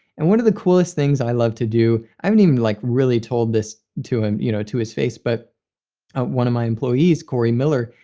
and one of the coolest things i love to do i haven't um like really told this to um you know to his face, but one of my employees, cory miller,